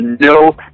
no